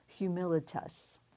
humilitas